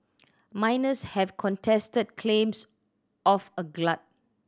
miners have contested claims of a glut